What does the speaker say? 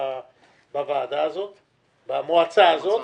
במועצה הזאת,